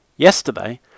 Yesterday